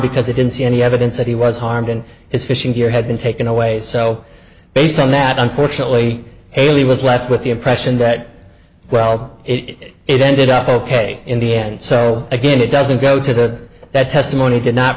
because they didn't see any evidence that he was harmed in his fishing here had been taken away so based on that unfortunately haley was left with the impression that well it ended up ok in the end so again it doesn't go to that testimony did not